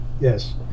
Yes